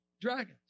dragons